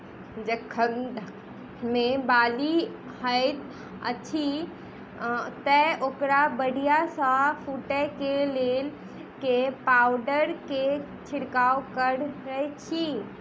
जखन धान मे बाली हएत अछि तऽ ओकरा बढ़िया सँ फूटै केँ लेल केँ पावडर केँ छिरकाव करऽ छी?